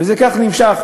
וכך זה נמשך.